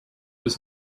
was